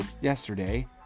yesterday